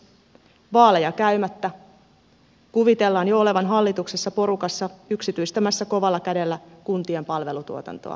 vaaleja käymättä kuvitellaan jo olevan hallituksessa porukassa yksityistämässä kovalla kädellä kuntien palvelutuotantoa